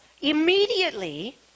immediately